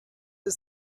ist